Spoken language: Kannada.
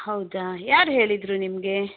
ಹೌದಾ ಯಾರು ಹೇಳಿದರು ನಿಮಗೆ